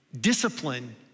discipline